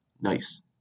Nice